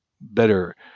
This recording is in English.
better